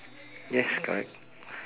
yes correct